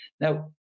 Now